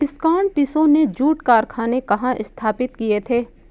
स्कॉटिशों ने जूट कारखाने कहाँ स्थापित किए थे?